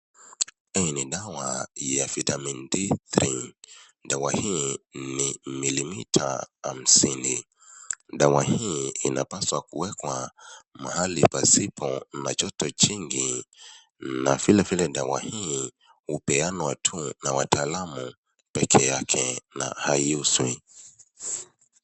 Hii ni dawa ya [vitamin D3]. Dawa hii ni mililita hamsini. Dawa hii inapaswa kuwekwa mahali pasipo na joto jingi na vile vile dawa hii hupeanwa tu na wataalamu peke yake na haiuzwi.